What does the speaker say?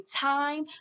time